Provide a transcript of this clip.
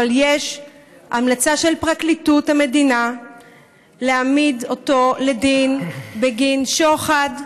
אבל יש המלצה של פרקליטות המדינה להעמיד אותו לדין בגין שוחד,